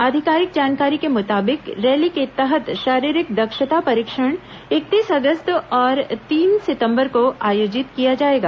आधिकारिक जानकारी के मुताबिक रैली के तहत शारीरिक दक्षता परीक्षण इकतीस अगस्त और तीन सितंबर को आयोजित किया जाएगा